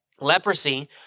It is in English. Leprosy